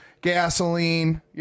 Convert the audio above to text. gasoline